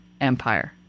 empire